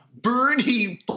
Bernie